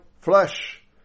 flesh